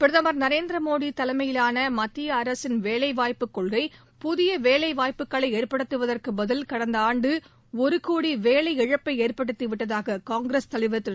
பிரதமர் நரேந்திர மோடி தலைமையிலான மத்திய அரசின் வேலைவாய்ப்புக் கொள்கை புதிய வேலைவாய்ப்புக்களை ஏற்படுத்துவதற்கு பதில் கடந்த ஆண்டு ஒரு கோடி வேலை இழப்பை ஏற்படுத்திவிட்டதாக காங்கிரஸ் தலைவர் திரு